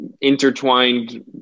intertwined